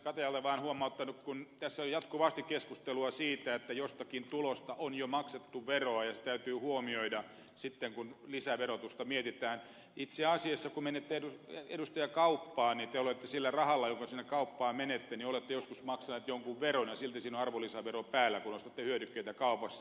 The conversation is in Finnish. katajalle vaan huomauttanut kun tässä on jatkuvasti keskustelua siitä että jostakin tulosta on jo maksettu veroa ja se täytyy huomioida sitten kun lisäverotusta mietitään että itse asiassa kun menette edustaja kauppaan niin te olette siitä rahasta jolla sinne kauppaan menette ostoksille joskus maksanut jonkun veron ja silti siinä on arvonlisävero päällä kun ostatte hyödykkeitä kaupassa